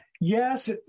Yes